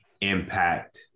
impact